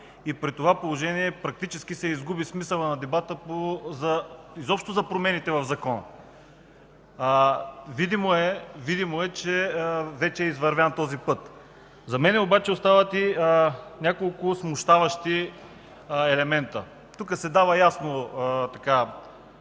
И при това положение практически се изгуби смисълът на дебата изобщо за промените в закона. Видимо е, че вече е извървян този път. За мен обаче остават няколко смущаващи елемента. Тук се дава ясно